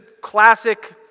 classic